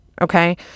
Okay